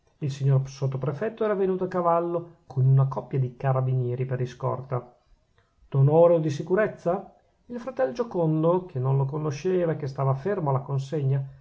il signor sottoprefetto era venuto a cavallo con una coppia di carabinieri per iscorta d'onore o di sicurezza il fratello giocondo che non lo conosceva e che stava fermo alla consegna